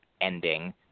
ending